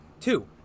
Two